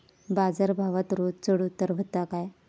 बाजार भावात रोज चढउतार व्हता काय?